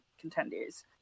contenders